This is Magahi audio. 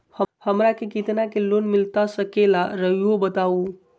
हमरा के कितना के लोन मिलता सके ला रायुआ बताहो?